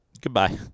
Goodbye